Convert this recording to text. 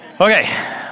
Okay